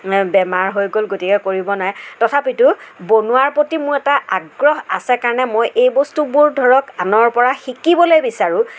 বেমাৰ হৈ গ'ল গতিকে কৰিব নোৱাৰে তথাপিতো বনোৱাৰ প্ৰতি মোৰ এটা আগ্ৰহ আছে কাৰণে মই এই বস্তুবোৰ ধৰক আনৰ পৰা শিকিবলৈ বিচাৰোঁ